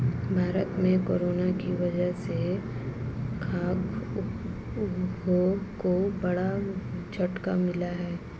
भारत में कोरोना की वजह से खाघ उद्योग को बड़ा झटका मिला है